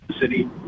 city